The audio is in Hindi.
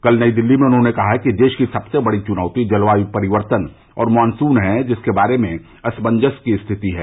कल नई दिल्ली में उन्होंने कहा कि देश की सबसे बड़ी चुनौती जलवायु परिवर्तन और मानसून है जिसके बारे में असमंजस की स्थिति है